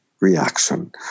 reaction